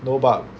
no but